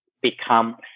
become